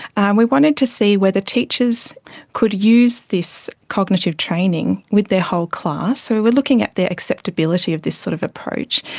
and we wanted to see whether teachers could use this cognitive training with their whole class. we were looking at the acceptability of this sort of approach.